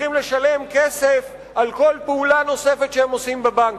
שצריכים לשלם כסף על כל פעולה נוספת שהם עושים בבנקים.